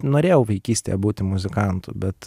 norėjau vaikystėje būti muzikantu bet